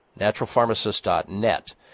Naturalpharmacist.net